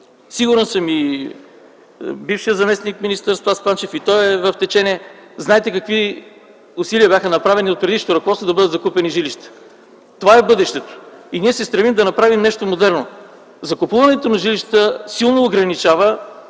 Сигурен съм, че и бившият заместник-министър Спас Панчев е в течение. Знаете какви усилия бяха направени от предишното ръководство да бъдат закупени жилища. Това е бъдещето и ние се стремим да направим нещо модерно. Закупуването на жилища силно ограничава